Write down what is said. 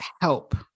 help